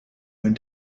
einen